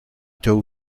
two